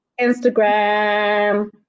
Instagram